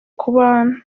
kubana